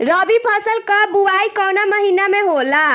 रबी फसल क बुवाई कवना महीना में होला?